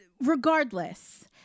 regardless